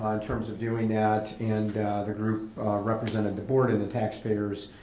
um in terms of doing that and the group represented the board and the tax payers